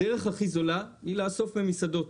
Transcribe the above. הדרך הכי זולה היא לאסוף ממסעדות.